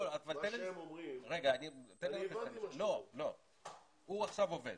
הוא עכשיו עובד